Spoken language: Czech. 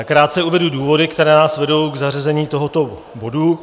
Krátce uvedu důvody, které nás vedou k zařazení tohoto bodu.